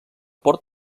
port